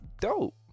dope